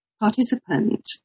participant